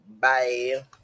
Bye